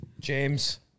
James